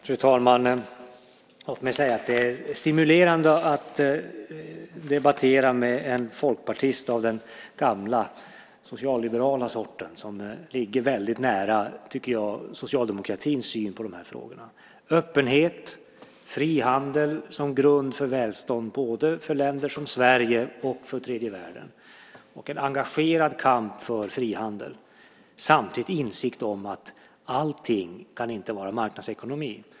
Fru talman! Låt mig säga att det är stimulerande att debattera med en folkpartist av den gamla socialliberala sorten som jag tycker ligger väldigt nära socialdemokratins syn på de här frågorna. Det handlar om öppenhet, frihandel som grund för välstånd både för länder som Sverige och för tredje världen, en engagerad kamp för frihandel och samtidigt insikt om att allting inte kan vara marknadsekonomi.